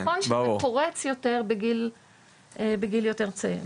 זה נכון שזה פורץ יותר בגיל יותר צעיר.